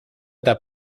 that